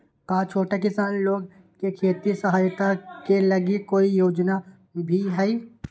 का छोटा किसान लोग के खेती सहायता के लगी कोई योजना भी हई?